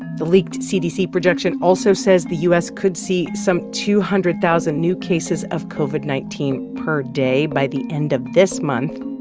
the leaked cdc projection also says the u s. could see some two hundred thousand new cases of covid nineteen per day by the end of this month.